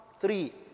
Three